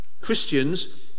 Christians